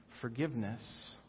forgiveness